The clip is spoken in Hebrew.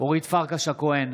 אורית פרקש הכהן,